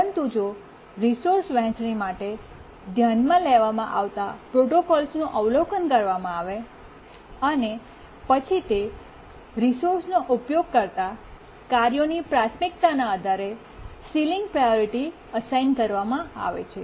પરંતુ જો રિસોર્સ વહેંચણી માટે ધ્યાનમાં લેવામાં આવતા પ્રોટોકોલ્સનું અવલોકન કરવામાં આવે અને પછી તે રિસોર્સનો ઉપયોગ કરતા કાર્યોની પ્રાથમિકતાઓના આધારે સીલીંગ પ્રાયોરિટી અસાઇન કરવામાં આવે છે